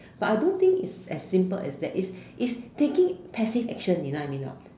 but I don't think is as simple as that is is taking passive action you know what I mean or not